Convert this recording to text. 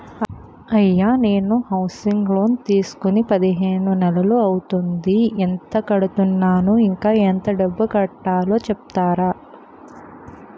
అయ్యా నేను housing loan తీసుకొని పదిహేను నెలలు అవుతోందిఎంత కడుతున్నాను, ఇంకా ఎంత డబ్బు కట్టలో చెప్తారా?